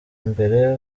imbere